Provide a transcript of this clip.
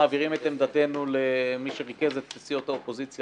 מעבירים את עמדתנו למי שריכז את סיעות האופוזיציה,